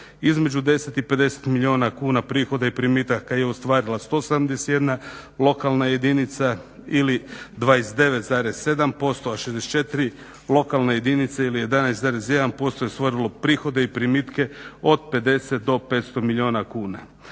između 10 i 50 milijuna kuna prihoda i primitaka je ostvarila 171 lokalna jedinica ili 29,7%, a 64 lokalne jedinice ili 11,1% je ostvarilo prihode i primitke od 50 do 500 milijuna kuna.